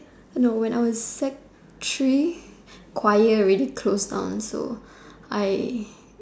no when I was sec three choir already close down so I